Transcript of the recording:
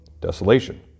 desolation